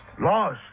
Lost